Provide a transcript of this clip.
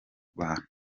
bantu